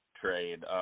trade